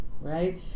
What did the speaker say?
right